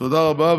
תודה רבה.